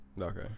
okay